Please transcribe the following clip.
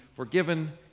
forgiven